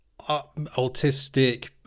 autistic